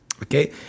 Okay